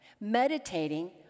meditating